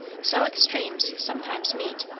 so extremes sometimes meet.